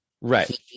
Right